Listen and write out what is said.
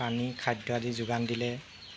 পানী খাদ্য আদি যোগান দিলে